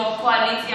יו"ר קואליציה,